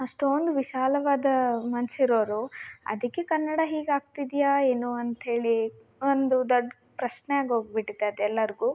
ಅಷ್ಟೊಂದು ವಿಶಾಲವಾದ ಮನ್ಸು ಇರೋರು ಅದಕ್ಕೆ ಕನ್ನಡ ಹೀಗಾಗ್ತಿದೆಯಾ ಏನು ಅಂತಹೇಳಿ ಒಂದು ದೊಡ್ಡ ಪ್ರಶ್ನೆಯಾಗಿ ಹೋಗ್ಬಿಟ್ಟಿದೆ ಅದು ಎಲ್ಲಾರಿಗು